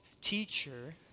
teacher